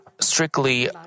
strictly